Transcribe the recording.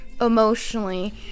emotionally